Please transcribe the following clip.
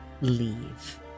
leave